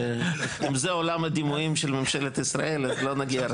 אם זה עולם הדימויים של ממשלת ישראל אז לא נגיע רחוק.